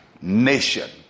nation